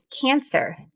cancer